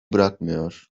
bırakmıyor